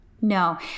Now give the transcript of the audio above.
No